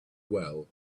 well